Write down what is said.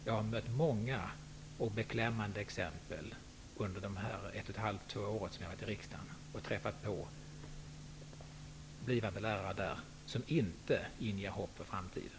Jag har mött många och beklämmande exempel under de här ett och ett halvt, två åren som jag har varit i riksdagen. Jag har träffat på blivande lärare som inte inger hopp för framtiden.